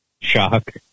Shock